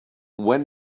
when